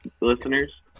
listeners